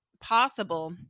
possible